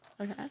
Okay